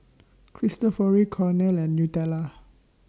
Cristofori Cornell and Nutella